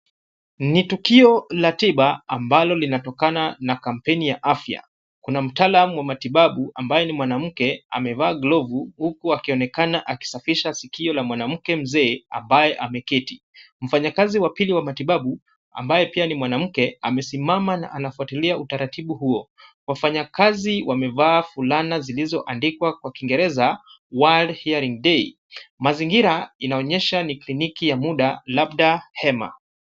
Ni tukio la tiba ambalo linatokana na kampeni ya afya. Kuna mtaalamu wa matibabu, ambaye ni mwanamke amevaa glovu, huku akionekana akisafisha sikio la mwanamke mzee ambaye ameketi. Mfanyakazi wa pili wa matibabu ambaye pia ni mwanamke, amesimama anafuatilia utaratibu huo. Wafanyakazi wamevaa fulana zilizoandikwa kwa kiingereza, World Hearing Day. Mazingira inaonyesha ni clinic ya muda, labda hema.